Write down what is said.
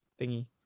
thingy